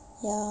ya